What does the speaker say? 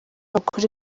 ukuri